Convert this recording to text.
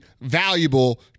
valuable